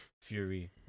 Fury